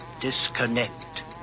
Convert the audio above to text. disconnect